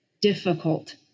difficult